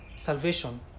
Salvation